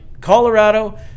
Colorado